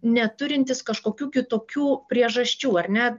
neturintys kažkokių kitokių priežasčių ar ne